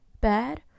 bad